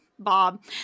Bob